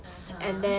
(uh huh)